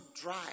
dry